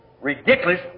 ridiculous